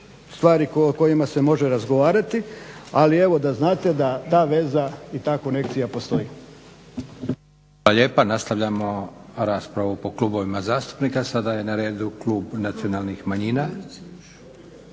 stvari o kojima se može razgovarati, ali evo da znate da ta veza i ta konekcija postoji.